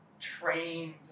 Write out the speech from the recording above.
trained